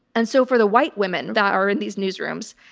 and so for the white women that are in these newsrooms,